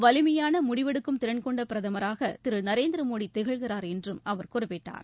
வலிமையான முடிவு எடுக்கும் திறன் கொண்ட பிரதமராக திரு நரேந்திர மோடி திகழ்கிறார் என்றும் அவர் குறிப்பிட்டார்